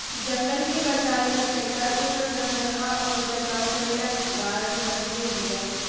जंगल के बचावे ला सरकार ओकर रख रखाव अउर बचाव करेला गार्ड रखले बिया